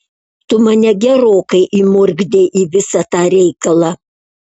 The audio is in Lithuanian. tu mane gerokai įmurkdei į visą tą reikalą